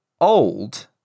old